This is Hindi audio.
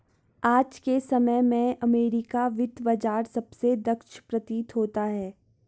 आज के समय में अमेरिकी वित्त बाजार सबसे दक्ष प्रतीत होता है